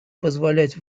позволять